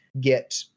get